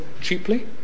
cheaply